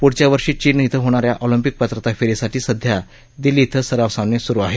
प्ढच्या वर्षी चीन इथं होणाऱ्या ऑलम्पिक पात्रता फेरीसाठी सध्या दिल्ली इथं सराव सामने स्रु आहेत